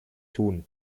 tun